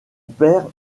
père